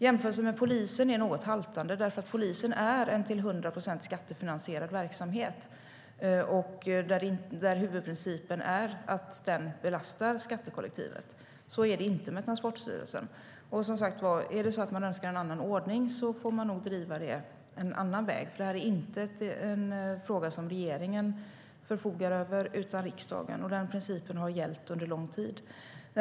Jämförelsen med polisen är något haltande eftersom polisen är en till 100 procent skattefinansierad verksamhet där huvudprincipen är att den belastar skattekollektivet. Så är det inte med Transportstyrelsen. Som sagt var, önskar man en annan ordning får man nog driva detta en annan väg eftersom detta inte är en fråga som regeringen förfogar över, utan det är riksdagen. Den principen har gällt under lång tid.